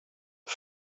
his